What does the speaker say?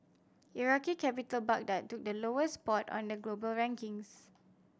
Iraqi capital Baghdad took the lowest spot on the global rankings